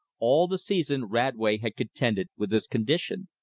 all the season radway had contended with this condition.